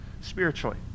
spiritually